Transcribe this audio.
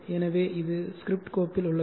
எனவே இது ஸ்கிரிப்ட் கோப்பில் உள்ளது